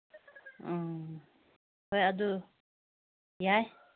ꯑꯪ ꯍꯣꯏ ꯑꯗꯨ ꯌꯥꯏ